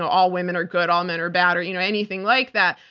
all women are good, all men are bad, or you know anything like that.